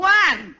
one